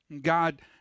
God